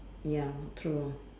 ya true